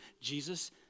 jesus